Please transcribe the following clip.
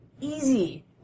easy